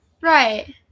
Right